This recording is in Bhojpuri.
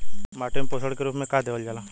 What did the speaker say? माटी में पोषण के रूप में का देवल जाला?